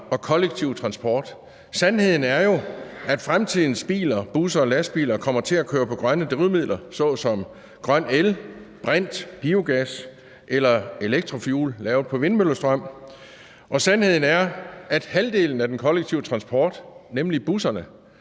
og kollektiv transport. Sandheden er jo, at fremtidens biler, busser og lastbiler kommer til at køre på grønne drivmidler såsom grøn el, brint, biogas eller electrofuel lavet på vindmøllestrøm. Og sandheden er, at halvdelen af den kollektive transport, nemlig busserne,